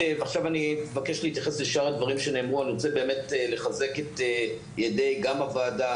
אני רוצה לחזק באמת את ידי הוועדה,